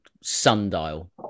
sundial